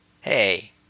Hey